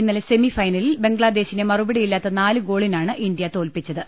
ഇന്നലെ സെമിഫൈനലിൽ ബംഗ്ലാ ദേശിനെ മറുപടിയില്ലാത്ത നാല് ഗോളിനാണ് ഇന്ത്യ തോൽപ്പിച്ച ത്